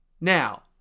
Now